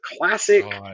classic